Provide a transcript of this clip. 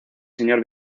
señor